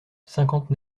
cinquante